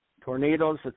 tornadoes